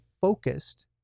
focused